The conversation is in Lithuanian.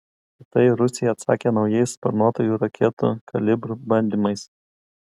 į tai rusija atsakė naujais sparnuotųjų raketų kalibr bandymais